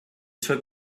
took